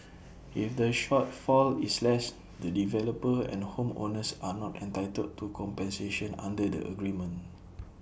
if the shortfall is less the developer and home owners are not entitled to compensation under the agreement